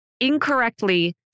incorrectly